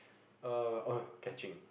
uh oh catching